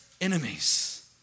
enemies